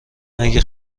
اگه